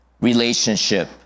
relationship